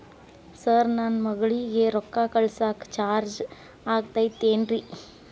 Sir ನನ್ನ ಮಗಳಗಿ ರೊಕ್ಕ ಕಳಿಸಾಕ್ ಚಾರ್ಜ್ ಆಗತೈತೇನ್ರಿ?